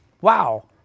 Wow